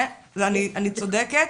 אני צודקת?